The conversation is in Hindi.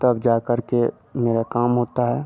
तब जा करके मेरा काम होता है